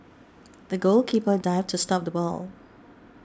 the goalkeeper dived to stop the ball